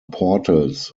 portals